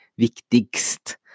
viktigst